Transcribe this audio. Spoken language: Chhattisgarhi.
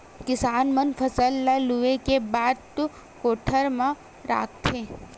किसान मन फसल ल लूए के बाद कोठर म राखथे